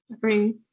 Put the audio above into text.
Bring